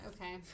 Okay